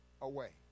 away